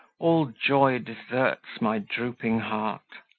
all joy deserts my drooping heart.